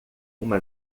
uma